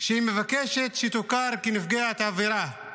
שהיא מבקשת שהיא תוכר כנפגעת עבירה.